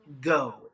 go